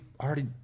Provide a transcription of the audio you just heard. already